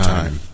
Time